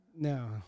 No